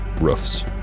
roofs